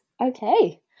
okay